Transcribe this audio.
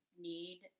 need